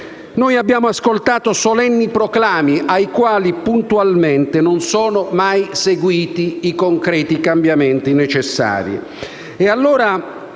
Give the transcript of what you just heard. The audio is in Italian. nazionali, ascoltiamo solenni proclami a cui, puntualmente, non sono mai seguiti i concreti cambiamenti necessari.